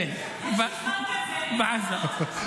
כן, בעזה.